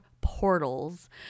Portals